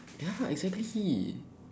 ya exactly